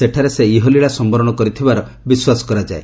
ସେଠାରେ ସେ ଇହଲୀଳା ସମ୍ଭରଣ କରିଥିବାର ବିଶ୍ୱାସ କରାଯାଏ